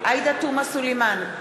עאידה תומא סלימאן,